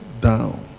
down